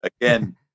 Again